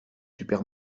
super